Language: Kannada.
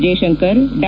ಜೈಶಂಕರ್ ಡಾ